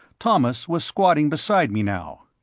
thomas was squatting beside me now.